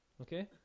Okay